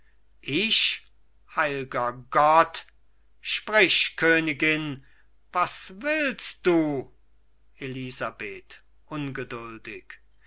ich heil'ger gott sprich königin was willst du elisabeth ungeduldig